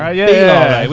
ah yeah.